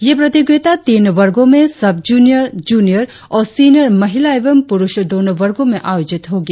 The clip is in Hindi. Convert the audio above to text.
यह प्रतियोगिता तीन वर्गो में सब जूनियर जूनियर और सीनियर महिला एवं पुरुष दोनो वर्गो में आयोजित होगी